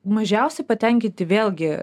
mažiausiai patenkinti vėlgi